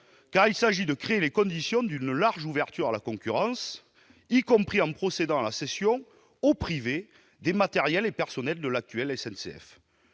est de créer les conditions d'une large ouverture à la concurrence, y compris en procédant à la cession au privé des matériels et personnels de l'actuelle SNCF.